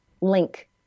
link